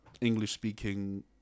English-speaking